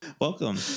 Welcome